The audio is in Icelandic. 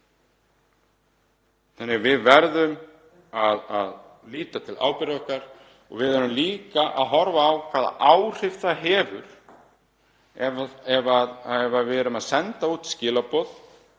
hlutur. Við verðum að líta til ábyrgðar okkar og við verðum líka að horfa á hvaða áhrif það hefur ef við erum að senda út skilaboð